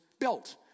built